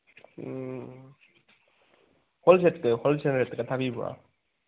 ꯎꯝ wholesale ꯔꯦꯠꯇꯒ ꯊꯥꯕꯤꯕ꯭ꯔꯣ